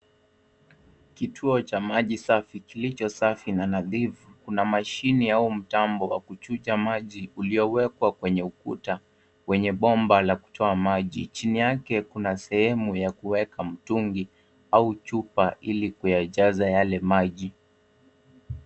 Kituo cha maji safi, kilicho safi na nadhifu. Kuna mashine au mtambo wa kuchuja maji uliowekwa kwenye ukuta, wenye bomba la kutoa maji. Chini yake kuna sehemu ya kuweka mtungi au chupa ili kujaza yale maji.